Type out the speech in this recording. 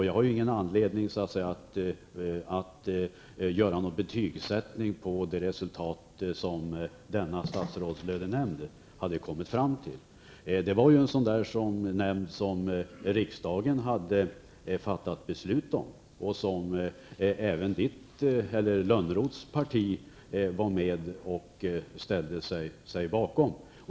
Jag har nu ingen anledning att betygsätta det resultat denna statsrådslönenämnd kom fram till. Det var en nämnd som riksdagen fattade beslut om och som även Johan Lönnroths parti var med och ställde sig bakom.